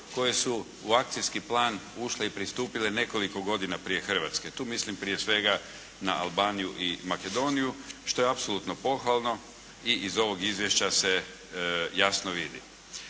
koje su u Akcijski plan ušle i pristupile nekoliko godina prije Hrvatske, tu mislim prije svega na Albaniju i Makedoniju, što je apsolutno pohvalno i iz ovog izvješća se jasno vidi.